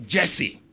Jesse